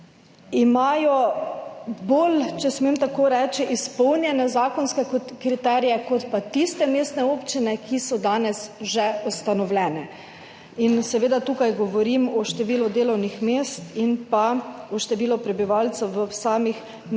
imajo bolj, če smem tako reči, izpolnjene zakonske kriterije kot pa tiste mestne občine, ki so danes že ustanovljene. Seveda govorim tukaj o številu delovnih mest in o številu prebivalcev v samih mestnih